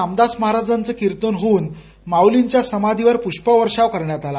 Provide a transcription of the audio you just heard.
नामदास महाराजांचं किर्तन होऊन माऊलींच्या समाथीवर पुष्पवर्षाव करण्यात आला